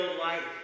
life